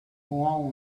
who